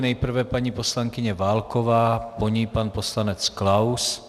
Nejprve paní poslankyně Válková, po ní pan poslanec Klaus.